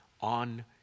on